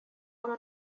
una